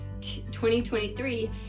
2023